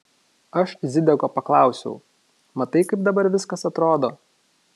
aš zideko paklausiau matai kaip dabar viskas atrodo